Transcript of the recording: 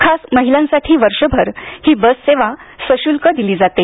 खास महिलांसाठी वर्षभर ही बससेवा सश्ल्क दिली जाते